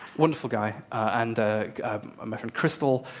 wonderful guy. and ah my friend crystal,